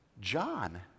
John